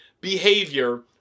behavior